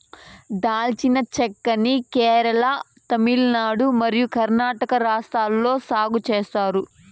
దాల్చిన చెక్క ని కేరళ, తమిళనాడు మరియు కర్ణాటక రాష్ట్రాలలో సాగు చేత్తారు